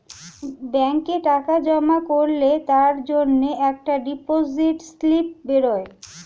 ব্যাংকে টাকা জমা করলে তার জন্যে একটা ডিপোজিট স্লিপ বেরোয়